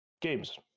games